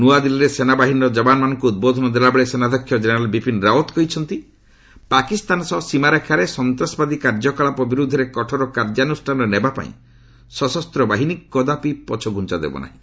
ନୂଆଦିଲ୍ଲୀରେ ସେନାବାହିନୀର ଜବାନମାନଙ୍କୁ ଉଦ୍ବୋଧନ ଦେଲାବେଳେ ସେନାଧ୍ୟକ୍ଷ କେନେରାଲ ବିପିନ ରାଓ୍ୱତ କହିଛନ୍ତି ପାକିସ୍ତାନ ସହ ସୀମାରେଖାରେ ସଂନ୍ତାସବାଦୀ କାର୍ଯ୍ୟକଳାପ ବିରୁଦ୍ଧରେ କଠୋର କାର୍ଯ୍ୟାନୁଷ୍ଠାନ ନେବାପାଇଁ ସଶସ୍ତ ବାହିନୀ କଦାପି ପଛଘୁଞ୍ଚା ଦେବନାହିଁ